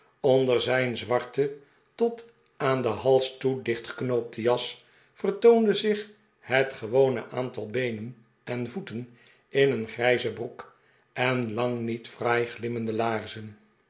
onder zijn zwarten tot aan den hals toe dichtgeknoopten jas vertoonde zich het gewone aantal beenen en voeten in een grijze broek en lang niet fraai glimmende laarzen